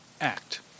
act